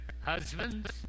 Husbands